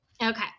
okay